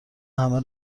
همه